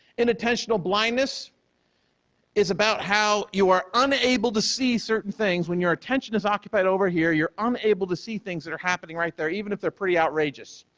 inattentional blindness is about how you are unable to see certain things when your attention is occupied over here, you're unable to see things that are happening right there even if they're pretty outrageous.